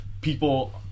people